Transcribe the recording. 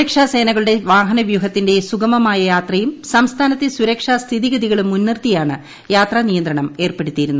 സുരക്ഷാ സേനകളുടെ വാഹനവ്യൂഹത്തിന്റെ സുഗമമായ യാത്രയും സംസ്ഥാനത്തെ സുരക്ഷാ സ്ഥിതിഗതികളും മുൻനിർത്തിയാണ് യാത്രാ നിയന്ത്രണം ഏർപ്പെടുത്തിയിരുന്നത്